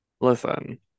Listen